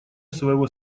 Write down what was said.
своего